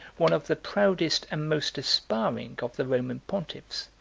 one of the proudest and most aspiring of the roman pontiffs,